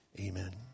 amen